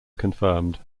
confirmed